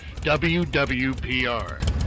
wwpr